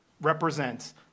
represents